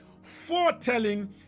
foretelling